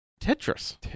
Tetris